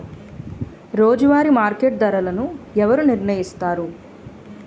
రోజువారి మార్కెట్ ధరలను ఎవరు నిర్ణయిస్తారు?